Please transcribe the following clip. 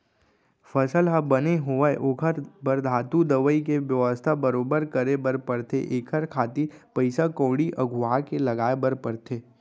फसल ह बने होवय ओखर बर धातु, दवई के बेवस्था बरोबर करे बर परथे एखर खातिर पइसा कउड़ी अघुवाके लगाय बर परथे